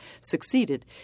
succeeded